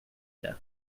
det